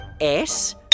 S-